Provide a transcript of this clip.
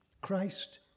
Christ